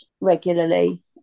regularly